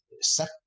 set